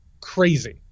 crazy